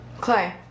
Clay